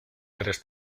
tres